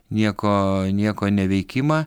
nieko nieko neveikimą